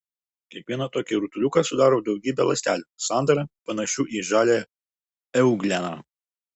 kiekvieną tokį rutuliuką sudaro daugybė ląstelių sandara panašių į žaliąją eugleną